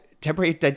temporary